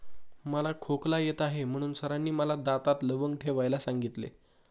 मला खोकला येत होता म्हणून सरांनी मला दातात लवंग ठेवायला सांगितले